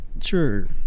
Sure